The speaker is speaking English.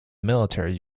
military